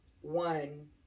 One